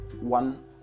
one